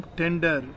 tender